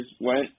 went